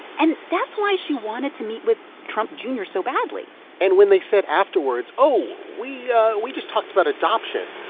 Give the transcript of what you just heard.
and that's why she wanted to meet with trump jr. so badly and when they said afterwards, oh, we we just talked about adoption,